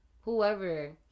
whoever